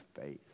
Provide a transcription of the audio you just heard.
faith